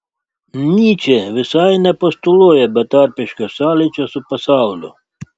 nyčė visai nepostuluoja betarpiško sąlyčio su pasauliu